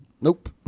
nope